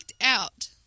out